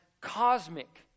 cosmic